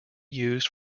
used